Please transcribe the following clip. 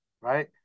Right